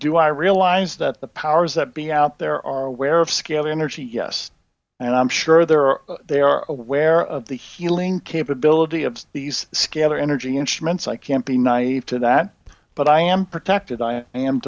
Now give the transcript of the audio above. do i realize that the powers that be out there are aware of scale of energy yes and i'm sure there are there are aware of the healing capability of these scalar energy instruments i can't be naive to that but i am protected i am